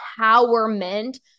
empowerment